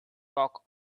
cock